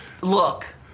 Look